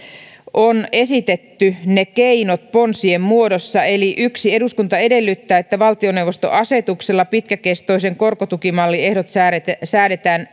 on esitetty ne keinot ponsien muodossa yksi eduskunta edellyttää että valtioneuvoston asetuksella pitkäkestoisen korkotukimallin ehdot säädetään säädetään